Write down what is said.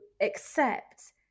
accept